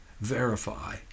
verify